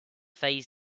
phase